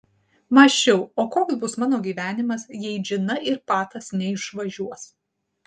mąsčiau o koks bus mano gyvenimas jei džina ir patas neišvažiuos